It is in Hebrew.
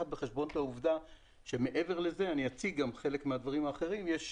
בחשבון את העובדה שמעבר לזה אני אציג גם את הדברים האחרים יש